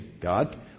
God